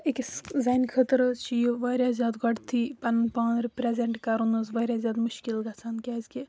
أکِس زَنہِ خٲطرٕ حظ چھِ یہِ واریاہ زیادٕ گۄڈنٮ۪تھٕے پَنُن پان رِپر۪ٛزٮ۪نٛٹ کَرُن حظ واریاہ زیادٕ مُشکل گژھان کیٛازِکہِ